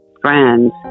friends